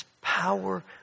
power